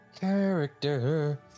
character